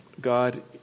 God